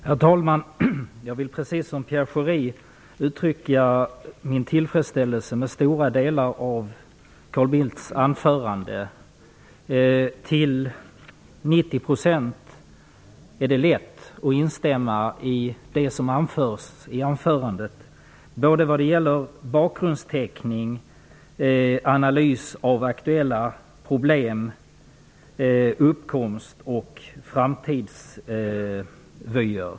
Herr talman! Jag vill, precis som Pierre Schori, uttrycka min tillfredsställelse med stora delar av Carl Bildts anförande. Det är till 90 % lätt att instämma i det som anförs vad gäller bakgrundsteckning, analys av aktuella problem, uppkomst och framtidsvyer.